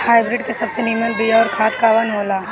Hybrid के सबसे नीमन बीया अउर खाद कवन हो ला?